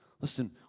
Listen